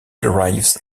derives